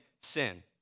sin